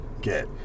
get